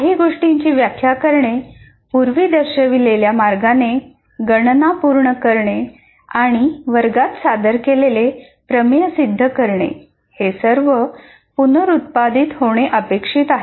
काही गोष्टींची व्याख्या करणे पूर्वी दर्शविलेल्या मार्गाने गणना पूर्ण करणे आणि वर्गात सादर केलेले प्रमेय सिद्ध करणे हे सर्व पुनरुत्पादित होणे अपेक्षित आहे